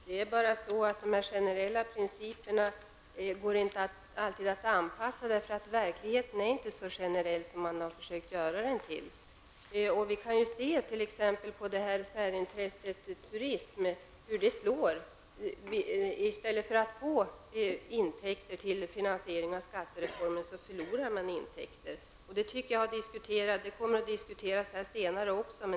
Herr talman! Det är bara det att de generella principerna inte alltid går att tillämpa därför att verkligheten inte är så generell som man har försökt göra den. Vi kan t.ex. se på hur det här slår på särintresset turism: I stället för att få intäkter till finansiering av skattereformen förlorar man intäkter. Det har diskuterats och kommer att diskuteras här senare också.